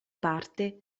parte